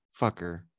Fucker